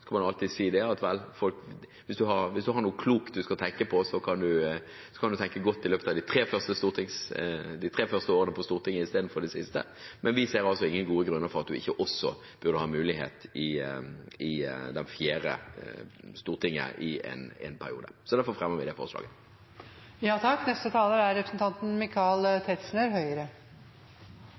man alltid si at hvis man har noe klokt man skal tenke på, kan man tenke godt i løpet av de tre første årene i stortingsperioden i stedet for det siste. Men vi ser ingen gode grunner for at man ikke også burde ha mulighet i det fjerde storting i en periode. Derfor fremmer vi det forslaget. Da har representanten Heikki Eidsvoll Holmås tatt opp forslaget han refererte til. En kort merknad. For det første vil jeg uttrykke en viss sympati med representanten